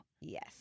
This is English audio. Yes